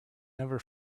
never